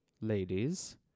ladies